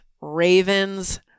Ravens